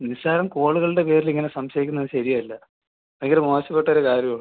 നിസ്സാരം കോളുകളുടെ പേരിൽ ഇങ്ങനെ സംശയിക്കുന്നത് ശരിയല്ല ഭയങ്കര മോശപ്പെട്ട ഒരു കാര്യമാണ്